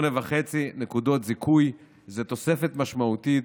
8.5 נקודות זיכוי זו תוספת משמעותית: